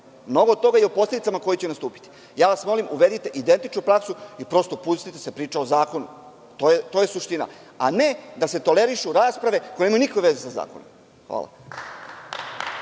kažemo, kao i o posledicama koje će nastupiti. Molim vas, uvedite identičnu praksu i prosto pustite da se priča o zakonu. To je suština, a ne da se tolerišu rasprave koje nemaju nikakve veze sa zakonom.